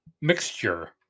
mixture